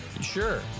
Sure